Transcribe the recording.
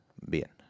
bien